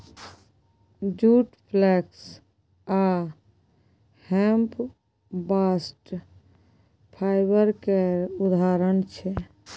जुट, flax आ hemp bast fibre केर उदाहरण छै